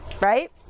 right